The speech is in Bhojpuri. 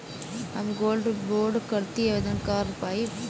हम गोल्ड बोड करती आवेदन कर पाईब?